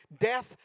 death